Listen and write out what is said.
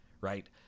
Right